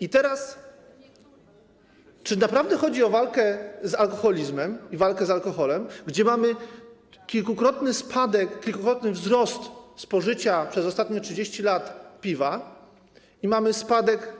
I teraz czy naprawdę chodzi o walkę z alkoholizmem, walkę z alkoholem, skoro mamy kilkukrotny wzrost spożycia przez ostatnie 30 lat piwa i mamy spadek